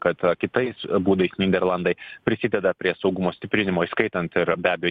kad kitais būdais nyderlandai prisideda prie saugumo stiprinimo įskaitant ir be abejo